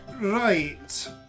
right